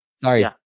Sorry